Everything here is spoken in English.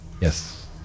yes